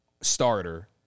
starter